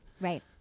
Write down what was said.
Right